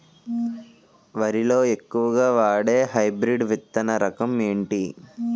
వరి లో ఎక్కువుగా వాడే హైబ్రిడ్ విత్తన రకం ఏంటి?